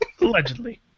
Allegedly